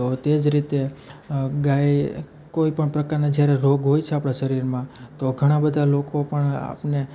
તો હવે તેજ રીતે ગાય કોઈ પણ પ્રકારના જ્યારે રોગ હોય છે આપણા શરીરમાં તો ઘણાં બધાં લોકો પણ આપણને